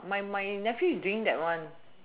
mine mine nephew is doing that one